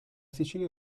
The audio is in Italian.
sicilia